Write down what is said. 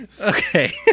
Okay